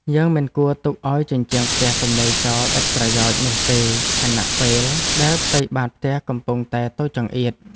យើងមិនគួរទុកឱ្យជញ្ជាំងផ្ទះទំនេរចោលឥតប្រយោជន៍នោះទេខណៈពេលដែលផ្ទៃបាតផ្ទះកំពុងតែតូចចង្អៀត។